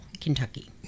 Kentucky